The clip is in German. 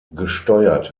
gesteuert